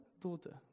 daughter